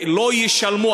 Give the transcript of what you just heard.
שלא ישלמו.